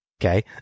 Okay